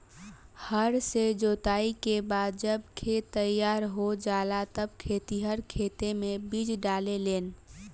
हर से जोताई के बाद जब खेत तईयार हो जाला तब खेतिहर खेते मे बीज डाले लेन